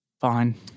Fine